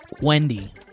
Wendy